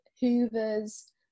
hoovers